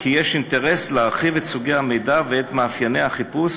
כי יש אינטרס להרחיב את סוגי המידע ואת מאפייני החיפוש